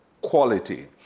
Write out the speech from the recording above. quality